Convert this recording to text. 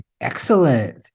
excellent